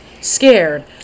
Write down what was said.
Scared